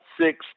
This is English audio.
six